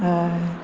हय